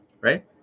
right